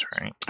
right